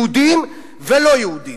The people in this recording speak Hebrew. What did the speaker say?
יהודים ולא יהודים,